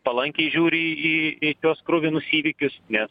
palankiai žiūri į į į šiuos kruvinus įvykius nes